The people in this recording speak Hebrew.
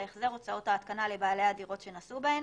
להחזר הוצאות ההתקנה לבעלי הדירות שנשאו בהן,